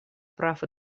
прав